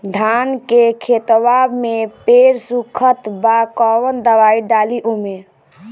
धान के खेतवा मे पेड़ सुखत बा कवन दवाई डाली ओमे?